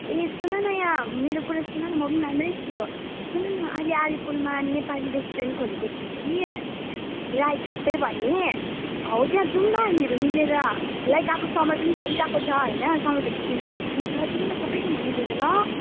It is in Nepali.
ए सुन न यहाँ मेरो कुरा सुन न म पनि राम्रै छु सुन न अहिले अलिपुरमा नेपाली रेस्टुरेन्ट खोलेको छ कि राई केफे भन्ने हौ त्यहाँ जाऊँ न हामीहरू मिलेर लाइक अब समर पनि चलिरहेको छ होइन समर भ्याकेसन छुट्टी पनि छ जाऊँ न सबैजना मिलेर ल